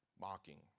mocking